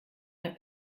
ein